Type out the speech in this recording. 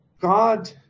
God